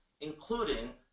including